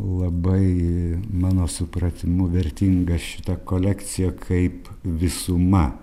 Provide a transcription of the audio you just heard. labai mano supratimu vertinga šita kolekcija kaip visuma